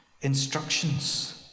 instructions